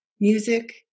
music